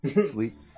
Sleep